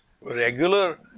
regular